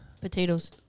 Potatoes